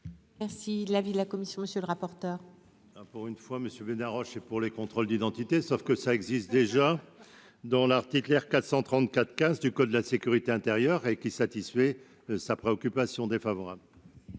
Ainsi l'avis de la commission, monsieur le rapporteur. Pour une fois, monsieur Bena Roche et pour les contrôles d'identité, sauf que ça existe déjà dans l'article R 434 15 du code de la sécurité intérieure et qui satisfait de sa préoccupation défavorable.